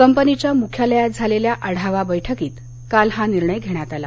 कंपनीच्या मुख्यालयात झालेल्या आढावा बैठकीत काल हा निर्णय घेण्यात आला